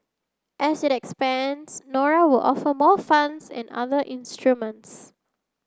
as it expands Nora were offer more funds and other instruments